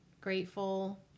grateful